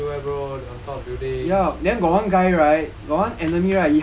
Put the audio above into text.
they everywhere bro they on top of building